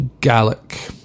Gaelic